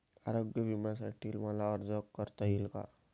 आरोग्य विम्यासाठी मला अर्ज करता येईल का?